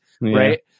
Right